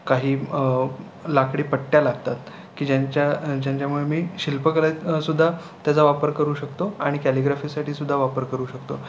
काही लाकडी पट्ट्या लागतात की ज्यांच्या ज्यांच्यामुळे मी शिल्पकलेत सुध्दा त्याचा वापर करू शकतो आणि कॅलिग्राफीसाठीसुध्दा वापर करू शकतो